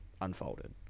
unfolded